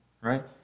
right